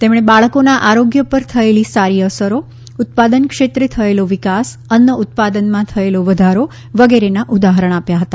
તેમણે બાળકોના આરોગ્ય પર થયેલી સારી અસરો ઉત્પાદન ક્ષેત્રે થયેલો વિકાસ અન્ન ઉત્પાદનમાં થયેલો વધારો વગેરેના ઉદાહરણ આપ્યા હતા